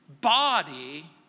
body